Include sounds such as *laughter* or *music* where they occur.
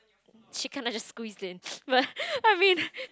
she kind of just squeezed in but *laughs* I mean